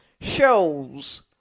shows